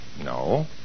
No